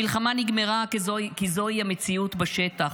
המלחמה נגמרה כי זוהי המציאות בשטח.